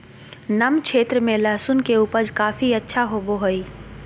नम क्षेत्र में लहसुन के उपज काफी अच्छा होबो हइ